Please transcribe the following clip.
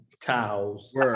towels